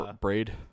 Braid